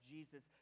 Jesus